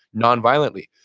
nonviolently.